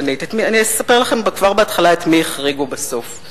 אספר לכם כבר בהתחלה את מי החריגו בסוף.